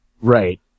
Right